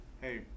Hey